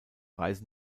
reise